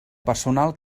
personal